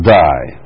die